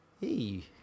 hey